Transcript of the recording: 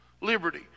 liberty